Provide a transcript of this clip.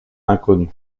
inconnue